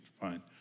fine